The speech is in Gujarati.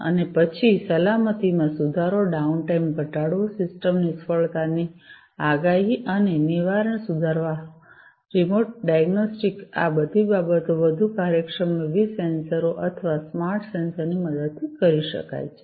અને પછી સલામતીમાં સુધારો ડાઉનટાઇમ ઘટાડવો સિસ્ટમ નિષ્ફળતાની આગાહી અને નિવારણ સુધારવા રેમોટ ડાયગ્નોસ્ટિક્સ આ બધી બાબતો વધુ કાર્યક્ષમ વિવિધ સેન્સર્સ અથવા સ્માર્ટ સેન્સર્સ ની મદદ થી કરી શકાય છે